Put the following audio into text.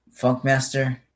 Funkmaster